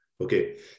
Okay